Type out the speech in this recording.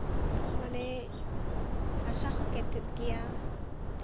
ᱢᱟᱱᱮ ᱦᱟᱥᱟ ᱦᱚᱸ ᱠᱮᱴᱮᱡ ᱜᱮᱭᱟ